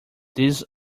these